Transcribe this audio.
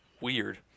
Weird